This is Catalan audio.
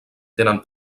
tenen